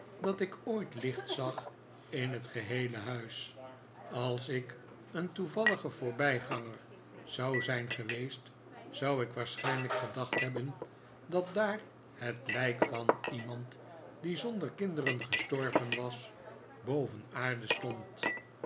dat ik ooit licht zag in het heele huis als ik een toevallige voorbijganger zou zijn geweest zou ik waarschijnlijk gedacht hebben dat daar het lijk van iemand die zonder kinderen gestorven was boven aarde stond